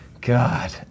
God